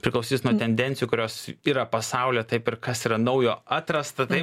priklausys nuo tendencijų kurios yra pasaulio taip ir kas yra naujo atrasta tai